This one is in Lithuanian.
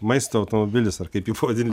maisto automobilis ar kaip jį pavadint